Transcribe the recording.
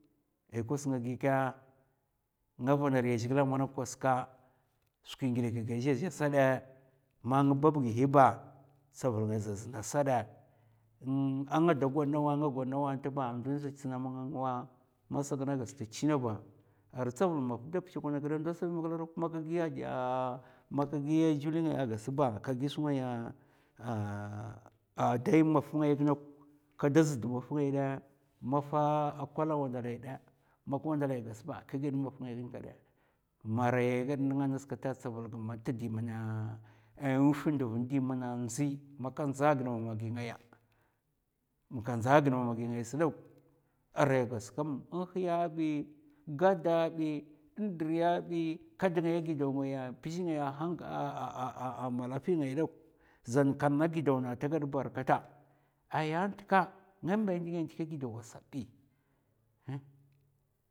Ay kwas nga gi kè? Nga vana riya zhègila manok, kwas ka skwi ngidè kèkè za zhè sa dè ma ng bab gihi ba tsavul nga zna sa dè. a nga do gwad nawa nga gwad nawa tba ndun za tsna manga ngwa man sa gan a gas ta chinè ba arai tsavul maf da pchèkwènè gida ndo sabi makla madok ma ka man ka ga juli ngaya gas ba, kagi su ngaya a dai maf ngai ginok kada zd maf ngai da, mafa kwala wandalai da man k wandalai gas ba ka gèd mum maf ngai gin kèdè mè arai gad nènga ngasa tsavul ga t'di mana nwuf di tmana ndzi man ka ndza gid mamagi ngaya. ka ndza gid mamagi ngay sdok, arai gas nhèya bi, gadda bi. ndriya bi, ka dngaya gidaw ngaya mpzè malafi ngay dok zan kalna gidaw na ta gadba rai kata. ay ntka nga mba nga ndikè gidawa sabi